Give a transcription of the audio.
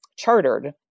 chartered